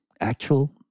actual